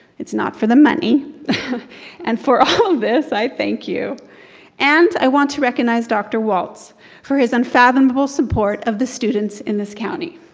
it's not for the money and for all this i thank you and i want to recognize dr. walts for his unfathomable support of the students in this county.